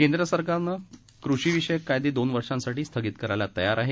केंद्र सरकार कृषिविषयक कायदे दोन वर्षांसाठी स्थगित करायला तयार आहे